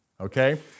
okay